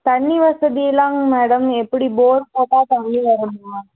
தண்ணி வசதியெலாங் மேடம் எப்படி போர் போட்டால் தண்ணி வருமா